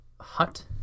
hut